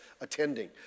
attending